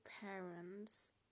parents